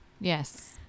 Yes